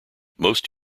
most